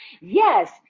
yes